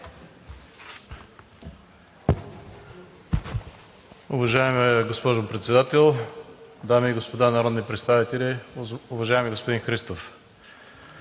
Уважаема госпожо Председател, дами и господа народни представители! Уважаеми господин Христов,